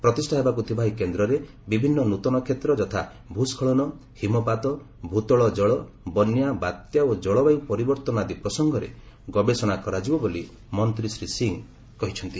ପ୍ରତିଷା ହେବାକୁ ଥିବା ଏହି କେନ୍ଦ୍ରରେ ବିଭିନ୍ନ ନୃତନ କ୍ଷେତ୍ର ଯଥା ଭୂସ୍କଳନ ହିମପାତ ଭୂତଳଜଳ ବନ୍ୟା ବାତ୍ୟା ଓ ଜଳବାୟୁ ପରିବର୍ତ୍ତନ ଆଦି ପ୍ରସଙ୍ଗରେ ଗବେଷଣା କରାଯିବ ବୋଲିମ ନ୍ତ୍ରୀ ଶ୍ରୀ ସିଂହ କହିଚ୍ଛନ୍ତି